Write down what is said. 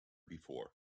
before